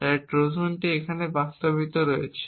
তাই ট্রোজানটি এখানে বাস্তবায়িত হয়েছে